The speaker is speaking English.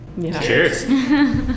Cheers